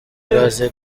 gaz